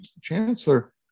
Chancellor